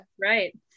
right